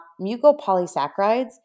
mucopolysaccharides